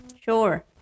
Sure